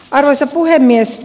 arvoisa puhemies